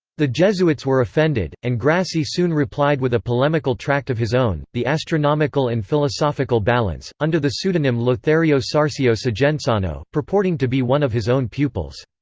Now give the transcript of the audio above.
the jesuits were offended, and grassi soon replied with a polemical tract of his own, the astronomical and philosophical balance, under the pseudonym lothario sarsio sigensano, purporting to be one of his own pupils.